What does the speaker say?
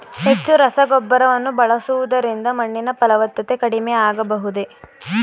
ಹೆಚ್ಚು ರಸಗೊಬ್ಬರವನ್ನು ಬಳಸುವುದರಿಂದ ಮಣ್ಣಿನ ಫಲವತ್ತತೆ ಕಡಿಮೆ ಆಗಬಹುದೇ?